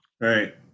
right